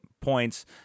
points